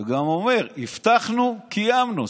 ואומר: הבטחנו, קיימנו.